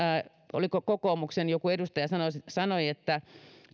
oliko kokoomuksen joku edustaja joka sanoi että